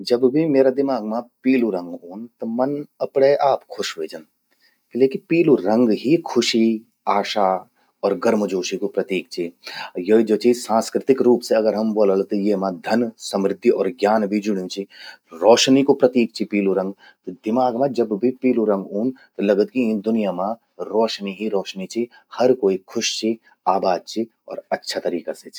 जब भी म्येरा दिमाग मां पीलु रंग ऊंद, त मन अपणे आप खुश व्हे जंद। किलेकि पीलू रंग ही खुशी, आशा अर गर्मजोशी कू प्रतीक चि। यो ज्वो चि सांस्कृतिक रूप से अगर हम ब्वोलला त येमा धन, समृद्धि अर ज्ञान भी जुड्यूं चि। रौशनी कू प्रतीक चि पीलू रंग। त दिमाग मां जब भी पीलू रंग ऊंद, त लगद कि यीं दुनिया मां रौशनी ही रौशनी चि। हर कोई खुश चि, आबाद चि अर अच्छा तरीका से चि।